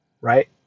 right